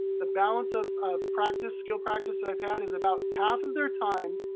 the balance of of practice, skill practice that i've had is about half of their time,